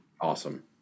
Awesome